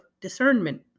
discernment